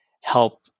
help